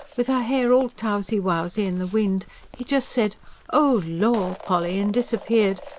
with her hair all towsy-wowsy in the wind he just said oh, lor, polly and disappeared,